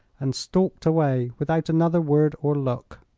and stalked away without another word or look.